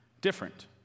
different